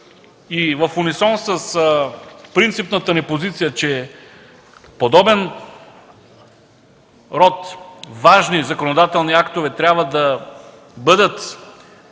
И в унисон с принципната ни позиция, че подобен род важни законодателни актове трябва да бъдат